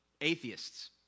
atheists